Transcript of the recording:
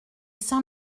saint